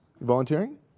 Volunteering